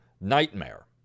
nightmare